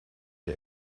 der